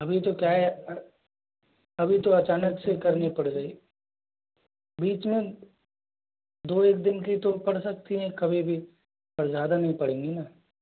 अभी तो क्या है अभी तो अचानक से करनी पड़ गई बीच में दो एक दिन की तो पड़ सकती है कभी भी पर ज़्यादा नहीं पड़ेंगी ना